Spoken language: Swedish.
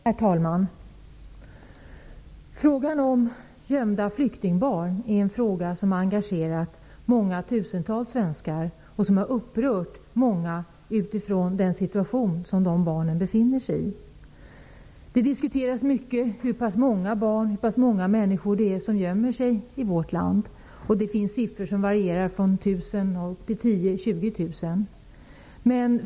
Herr talman! Frågan om gömda flyktingbarn har engagerat många tusentals svenskar. Den situation som dessa barn befinner sig i har upprört många. Det diskuteras mycket hur många barn, hur många människor som gömmer sig i vårt land. Det finns siffror som varierar från 1 000 upp till 20 000.